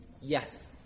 Yes